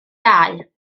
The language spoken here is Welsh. dau